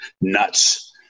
nuts